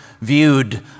viewed